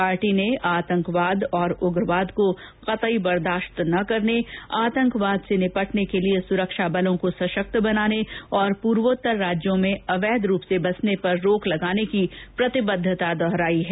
party ने आतंकवाद और उग्रवाद को कतई बर्दाशत न करने आतंकवाद से निपटने के लिए सुरक्षा बलो को सशक्त बनाने और पूर्वोत्तर राज्यों में अवैध रूप से बसने पर रोक लगाने की प्रतिबद्धता दोहराई है